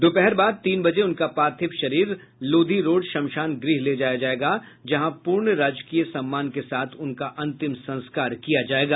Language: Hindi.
दोपहर बाद तीन बजे उनका पार्थिव शरीर लोधी रोड श्मशान गृह ले जाया जाएगा जहां पूर्ण राजकीय सम्मान के साथ उनका अंतिम संस्कार किया जाएगा